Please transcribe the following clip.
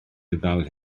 ddal